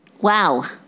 wow